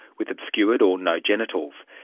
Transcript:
with obscured or no genitals.